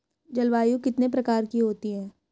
जलवायु कितने प्रकार की होती हैं?